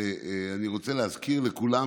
אני רוצה להזכיר לכולם,